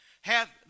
hath